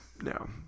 no